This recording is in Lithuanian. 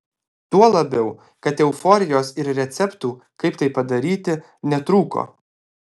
tuo labiau kad euforijos ir receptų kaip tai padaryti netrūko